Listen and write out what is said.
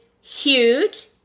huge